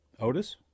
Otis